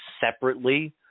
separately